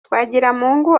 twagiramungu